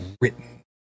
written